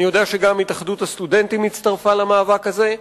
אני יודע שגם התאחדות הסטודנטים הצטרפה למאבק הזה,